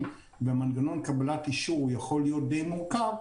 ומנגנון האישור יכול להיות די מורכב,